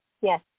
Yes